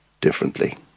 differently